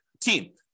team